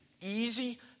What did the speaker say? easy